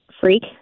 freak